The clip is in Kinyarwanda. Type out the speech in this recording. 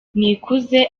nikuze